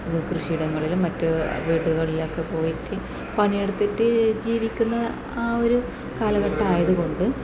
കൃഷിയിടങ്ങളിലും മറ്റു വീടുകളിലൊക്കെ പോയിട്ട് പണിയെടുത്തിട്ട് ജീവിക്കുന്ന ആ ഒരു കാലഘട്ടം ആയതുകൊണ്ട്